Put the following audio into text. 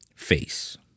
face